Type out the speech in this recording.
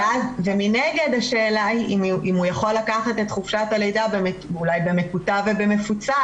מנגד השאלה היא אם הוא יכול לקחת את חופשת הלידה אולי במקוטע ובמפוצל,